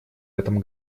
этом